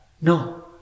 No